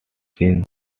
seen